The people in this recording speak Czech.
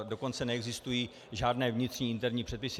Dokonce neexistují žádné vnitřní interní předpisy.